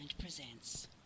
presents